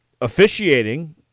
officiating